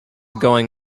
going